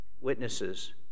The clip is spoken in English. witnesses